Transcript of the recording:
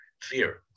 fear